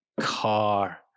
car